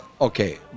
okay